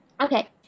Okay